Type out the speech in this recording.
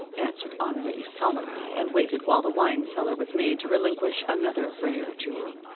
answered henri, solemnly, and waited while the wine cellar was made to relinquish another rare jewel.